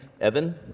Evan